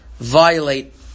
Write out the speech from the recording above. violate